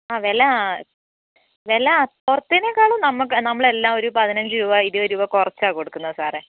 ആ വില ആ വില പുറത്തേതിനെക്കാളും നമുക്ക് നമ്മൾ എല്ലാം ഒരു പതിനഞ്ച് രൂപ ഇരുപത് രൂപ കുറച്ചാണ് കൊടുക്കുന്നത് സാറേ